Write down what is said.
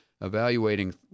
evaluating